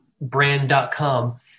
brand.com